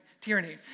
tyranny